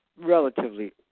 relatively